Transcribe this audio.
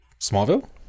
Smallville